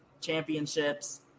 championships